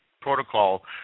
protocol